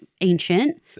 ancient